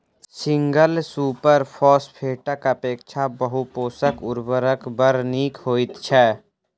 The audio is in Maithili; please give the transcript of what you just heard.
सिंगल सुपर फौसफेटक अपेक्षा बहु पोषक उर्वरक बड़ नीक होइत छै